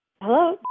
Hello